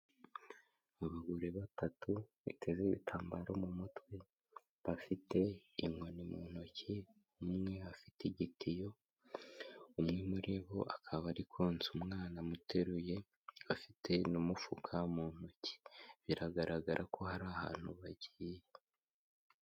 Abagore batatu biteze ibitambaro mu mutwe, bafite inkoni mu ntoki, umwe afite igitiyo, umwe muri bo akaba ari konsa umwana amuteruye, afite n'umufuka mu ntoki, biragaragara ko hari ahantu bagiye.